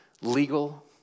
legal